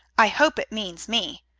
i hope it means me.